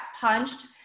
punched